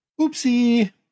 Oopsie